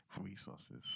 resources